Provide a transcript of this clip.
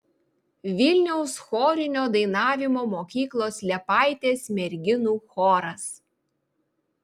vilniaus chorinio dainavimo mokyklos liepaitės merginų choras